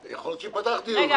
יכול להיות שייפתח דיון.